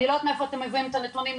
אני לא יודעת מאיפה אתם מביאים את הנתונים.